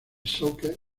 soccer